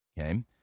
Okay